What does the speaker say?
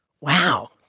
Wow